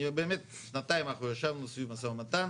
באמת שנתיים אנחנו ישבנו סביב משא ומתן